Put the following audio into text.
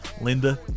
Linda